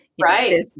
Right